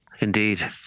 Indeed